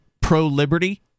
pro-liberty